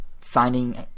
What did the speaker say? finding